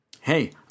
Hey